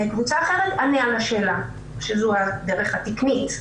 ולקבוצה האחרת "ענה על השאלה" שזו הדרך התקנית,